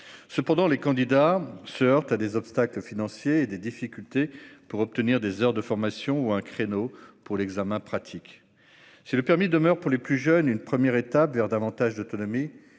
Cependant, les candidats se heurtent à des obstacles financiers et à des difficultés pour obtenir des heures de formation ou un créneau pour l'examen pratique. Si le permis demeure pour les plus jeunes une première étape vers davantage d'autonomie,